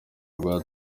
rwa